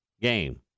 game